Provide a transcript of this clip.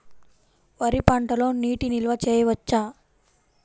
వరి పంటలో నీటి నిల్వ చేయవచ్చా?